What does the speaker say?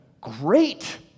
great